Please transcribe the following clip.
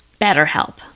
BetterHelp